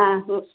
ആ ഹൂ